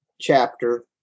chapter